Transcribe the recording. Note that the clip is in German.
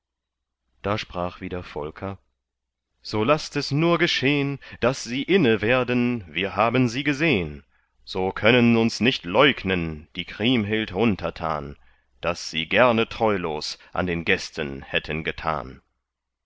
da sprach wieder volker so laßt es nur geschehn daß sie inne werden wir haben sie gesehn so können uns nicht leugnen die kriemhild untertan daß sie gerne treulos an den gästen hätten getan